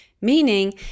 Meaning